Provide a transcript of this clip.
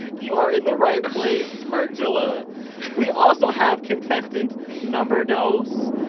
you are in the right place, merkgela. we also have contestant number dos.